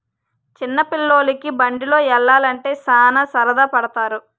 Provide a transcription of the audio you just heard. చిన్న పిల్లోలికి బండిలో యల్లాలంటే సాన సరదా పడతారు